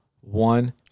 one